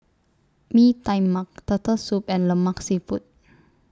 Mee Tai Mak Turtle Soup and Lemak Siput